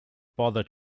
bother